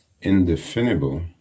indefinable